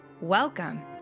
Welcome